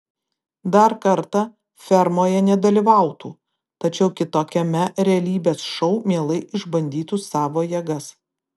dar kartą fermoje nedalyvautų tačiau kitokiame realybės šou mielai išbandytų savo jėgas